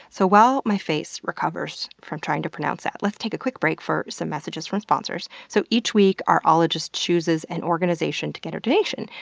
so while my face recovers from trying to pronounce that, let's take a quick break for some messages from sponsors. so each each week our ologist chooses an organization to get a donation,